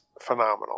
phenomenal